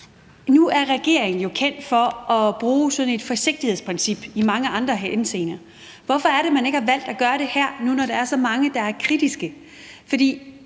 nu er regeringen jo kendt for at bruge sådan et forsigtighedsprincip i mange andre henseender. Hvorfor er det, man ikke har valgt at gøre det her, nu hvor der er så mange, der er kritiske? For